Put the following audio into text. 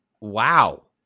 Wow